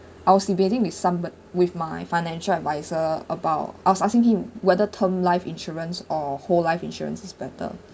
I was debating with somebod~ with my financial advisor about I was asking him whether term life insurance or whole life insurance is better